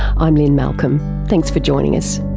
i'm lynne malcolm, thanks for joining us